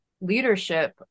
leadership